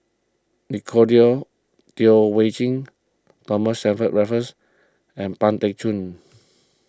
Nicolette Teo Waiting Thomas Stamford Raffles and Pang Teck Joon